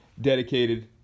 dedicated